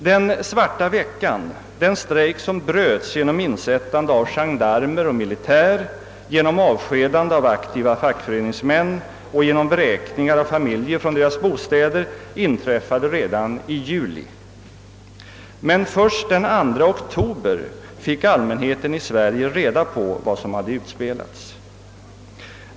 Den »svarta veckan», den strejk som bröts genom insättande av gendarmer och militär, genom avskedande av aktiva fackföreningsmän och vräkningar av familjer från deras bostäder, inträffade redan i juli. Men först den 2 oktober fick allmänheten i Sverige reda på vad som hade utspelats.